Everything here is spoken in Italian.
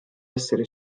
essere